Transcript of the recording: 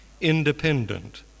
independent